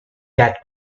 that